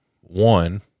One